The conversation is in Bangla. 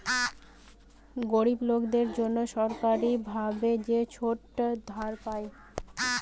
গরিব লোকদের জন্যে সরকারি ভাবে যে ছোট ধার পায়